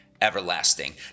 everlasting